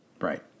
Right